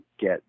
get